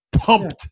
pumped